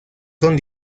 son